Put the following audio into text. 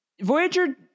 Voyager